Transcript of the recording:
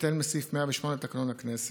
בהתאם לסעיף 108 לתקנון הכנסת.